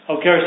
Okay